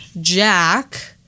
Jack